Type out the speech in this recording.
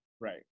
Right